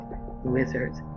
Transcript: wizards